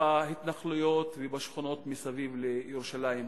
בהתנחלויות ובשכונות מסביב לירושלים המזרחית.